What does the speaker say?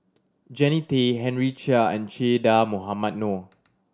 Jannie Tay Henry Chia and Che Dah Mohamed Noor